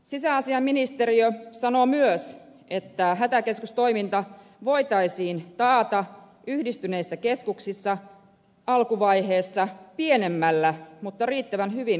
sisäasiainministeriö sanoo myös että hätäkeskustoiminta voitaisiin taata yhdistyneissä keskuksissa alkuvaiheessa pienemmällä mutta riittävän hyvin koulutetulla päivystäjämäärällä